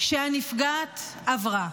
שהנפגעת עברה.